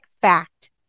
fact